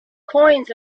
coins